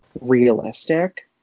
realistic